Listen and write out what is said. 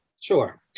Sure